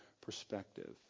perspective